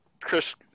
Chris